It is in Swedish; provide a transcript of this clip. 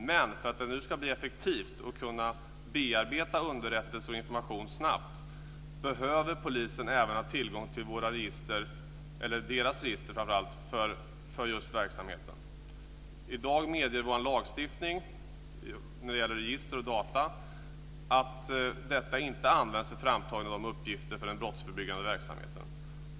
Men för att det nu ska bli effektivt och kunna bearbeta underrättelse och information snabbt behöver polisen även ha tillgång till sina register för verksamheten. I dag medger vår lagstiftning när det gäller register och data att dessa inte används för framtagande av uppgifter för den brottsförebyggande verksamheten.